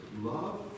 love